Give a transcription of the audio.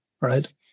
right